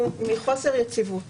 הוא מחוסר יציבות